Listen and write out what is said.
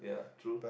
yeah true